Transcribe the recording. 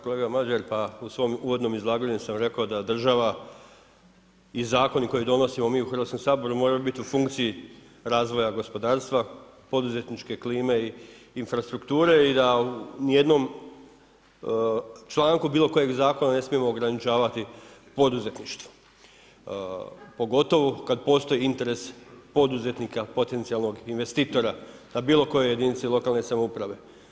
Kolega Madjer, pa u svom uvodnom izlaganju sam rekao da država i zakoni koje donosimo mi u Hrvatskom saboru moraju biti u funkciji razvoja gospodarstva, poduzetničke klime i infrastrukture i da u ni jednom članku bilo kojeg zakona ne smijemo ograničavati poduzetništvo pogotovo kad postoji interes poduzetnika potencijalnog investitora na bilo kojoj jedinici lokalne samouprave.